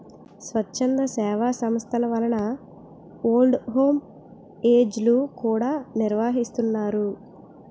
స్వచ్ఛంద సేవా సంస్థల వలన ఓల్డ్ హోమ్ ఏజ్ లు కూడా నిర్వహిస్తున్నారు